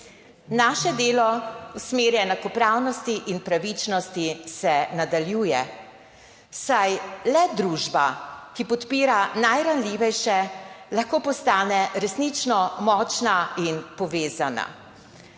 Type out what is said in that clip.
Naše delo v smeri enakopravnosti in pravičnosti se nadaljuje, saj le družba, ki podpira najranljivejše, lahko postane resnično močna in povezana.